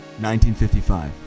1955